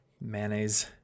mayonnaise